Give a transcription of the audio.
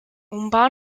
umbau